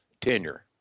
tenure